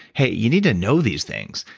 hey, you need to know these things.